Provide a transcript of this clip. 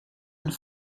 een